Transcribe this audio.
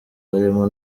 barimo